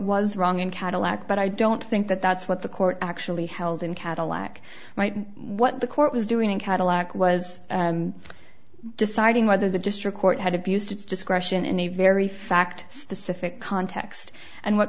was wrong in cadillac but i don't think that that's what the court actually held in cadillac what the court was doing in cadillac was deciding whether the district court had abused its discretion in the very fact specific context and what